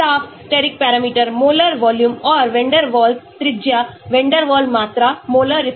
Steric Taft steric parameter molar volume और van der Waals त्रिज्या van der Waal मात्रा molar refractivity